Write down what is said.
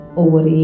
over